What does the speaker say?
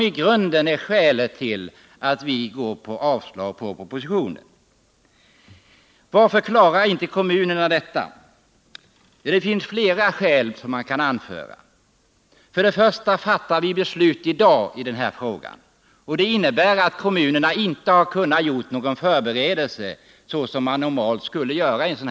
Varför klarar inte kommunerna av att starta de nya utbildningarna? Flera skäl kan anföras. Först och främst fattar vi beslut i dag i denna fråga. Det innebär att kommunerna ännu inte har kunnat göra några förberedelser.